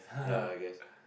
ya I guess